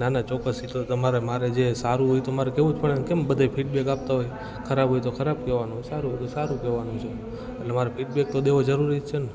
નાના ચોકસ એ તો તમારે મારે જે સારું હોય તો મારે કહેવું જ પડેને કેમ બધે ફિડબેક આપતા હોય ખરાબ હોય તો ખરાબ કહેવાનું સારું હોય તો સારું કહેવાનું છે એટલે મારે ફિડબેક તો દેવો જરૂરી જ છે ને